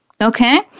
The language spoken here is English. okay